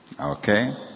Okay